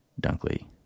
Dunkley